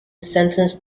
sentenced